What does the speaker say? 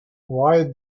why